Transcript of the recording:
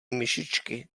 myšičky